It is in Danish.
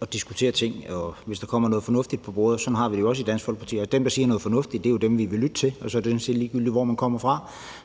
at diskutere ting, hvis der kommer noget fornuftigt på bordet. Sådan har vi det jo også i Dansk Folkeparti, nemlig at dem, der siger noget fornuftigt, er dem, vi vil lytte til, og så er det sådan set ligegyldigt, hvor man kommer fra.